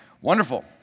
wonderful